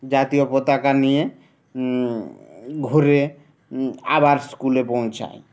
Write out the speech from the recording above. জাতীয় পতাকা নিয়ে ঘুরে আবার স্কুলে পৌঁছায়